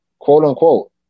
quote-unquote